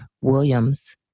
williams